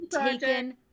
taken